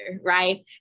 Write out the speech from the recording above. right